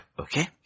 Okay